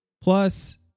Plus